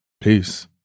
Peace